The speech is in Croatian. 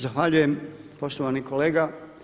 Zahvaljuje poštovani kolega.